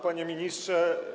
Panie Ministrze!